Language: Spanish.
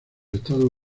estados